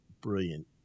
brilliant